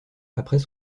après